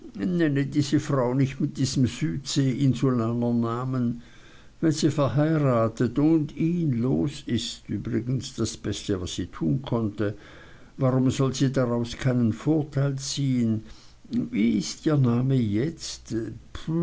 die frau nicht mit diesem südseeinsulanernamen wenn sie verheiratet und ihn los ist übrigens das beste was sie tun konnte warum soll sie daraus keinen vorteil ziehen wie ist ihr name jetzt